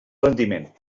rendiment